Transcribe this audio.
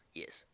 yes